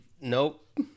Nope